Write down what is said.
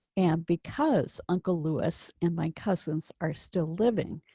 and because uncle lewis and my cousins are still living